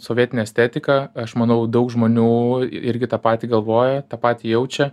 sovietinė estetika aš manau daug žmonių irgi tą patį galvoja tą patį jaučia